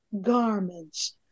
garments